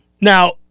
Now